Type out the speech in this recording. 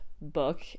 book